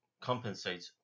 compensate